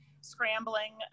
scrambling